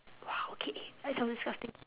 !wah! okay that sounds disgusting